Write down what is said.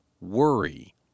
worry